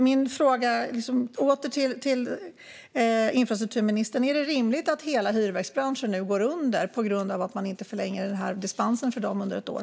Min fråga till infrastrukturministern är åter: Är det rimligt att hela hyrverksbranschen nu går under på grund av att man inte förlänger dispensen för den under ett år?